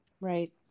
Right